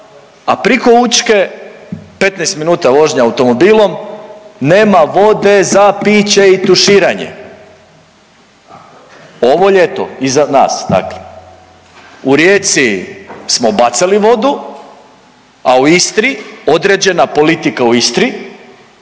a priko Učke 15 minuta vožnja automobilom, nema vode za piće i tuširanje. Ovo ljeto iza nas dakle, u Rijeci smo bacali vodu, a u Istri, određena politika u Istri,